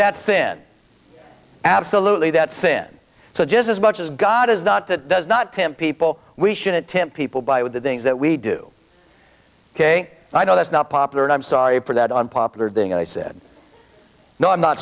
that sin absolutely that sin so just as much as god is not that does not tempt people we shouldn't to people buy with the things that we do ok i know that's not popular and i'm sorry for that unpopular thing i said no i'm not